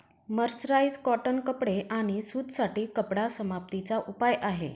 mercerise cotton कपडे आणि सूत साठी कपडा समाप्ती चा उपाय आहे